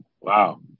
Wow